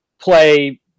play